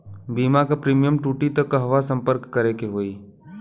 बीमा क प्रीमियम टूटी त कहवा सम्पर्क करें के होई?